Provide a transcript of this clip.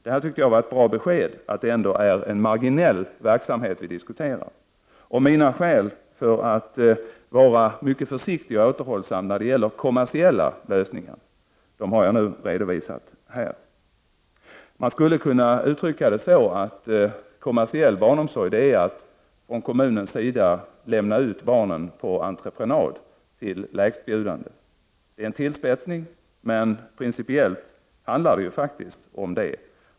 Jag tyckte att det var ett bra besked att det ändå är en marginell verksamhet vi diskuterar. Mina skäl för att vara mycket försiktig och återhållsam när det gäller kommersiella lösningar har jag nu redovisat. Man skulle kunna uttrycka det så, att kommersiell barnomsorg är att kom munen lämnar ut barnen på entreprenad till lägstbjudande. Det är en tillspetsning, men principiellt handlar det faktiskt om det.